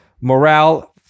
Morale